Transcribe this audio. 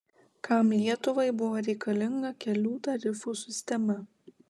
kam lietuvai buvo reikalinga kelių tarifų sistema